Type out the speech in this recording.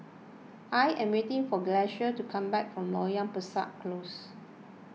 I am waiting for Gracie to come back from Loyang Besar Close